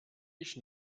ich